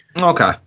Okay